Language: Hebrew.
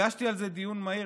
הגשתי על זה דיון מהיר,